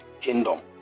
Kingdom